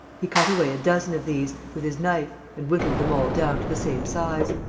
he cut away a dozen of these, with his knife, and whittled them all down to the same size.